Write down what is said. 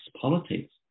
politics